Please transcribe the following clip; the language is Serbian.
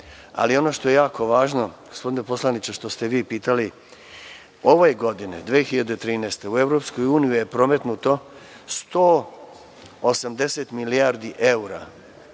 tu. Ono što je jako važno, gospodine poslaniče, što ste vi pitali, ove 2013. godine u EU je prometnuto 180 milijardi evra